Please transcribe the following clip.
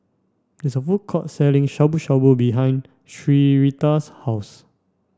there is a food court selling Shabu Shabu behind Syreeta's house